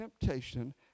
temptation